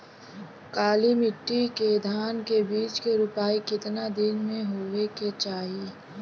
काली मिट्टी के धान के बिज के रूपाई कितना दिन मे होवे के चाही?